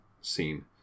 scene